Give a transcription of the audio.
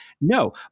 no